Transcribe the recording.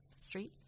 Street